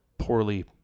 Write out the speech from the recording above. poorly